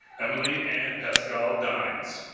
emily and pascal dean's